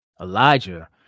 Elijah